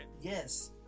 Yes